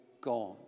god